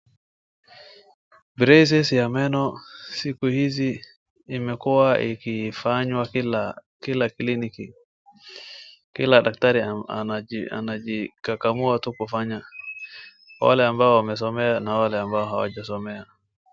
Braces ya meno siku hizi imekuwa ikifanywa kila kliniki, kila daktari anajikakamua tu kufanya kwa wale ambao wamesomea na wale ambao hawajasomea.